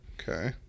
Okay